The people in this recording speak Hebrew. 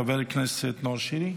חבר הכנסת נאור שירי,